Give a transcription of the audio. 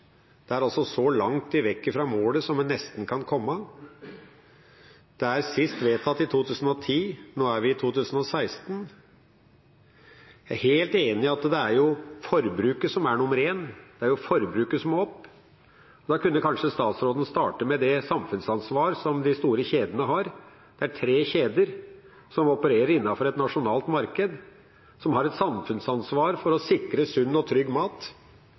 Det er altså nesten så langt vekk fra målet som en kan komme. Det er sist vedtatt i 2010, og nå er vi i 2016. Jeg er helt enig i at det er forbruket som er nummer én, det er jo forbruket som må opp, og da kunne kanskje statsråden starte med det samfunnsansvar som de store kjedene har. Det er tre kjeder, som opererer innenfor et nasjonalt marked, som har et samfunnsansvar for å sikre sunn og trygg mat.